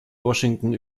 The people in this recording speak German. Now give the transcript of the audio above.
washington